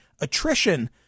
attrition